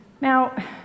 Now